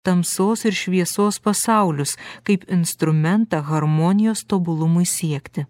tamsos ir šviesos pasaulius kaip instrumentą harmonijos tobulumui siekti